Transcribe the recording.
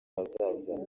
hazaza